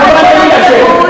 הקורבן תמיד אשם.